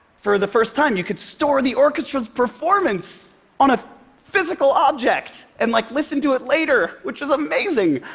for the first time, you could store the orchestra's performance on a physical object, and like, listen to it later, which was amazing.